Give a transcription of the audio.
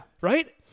Right